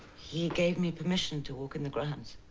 he gave me permission to walk in the grounds.